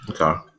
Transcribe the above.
Okay